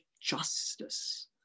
justice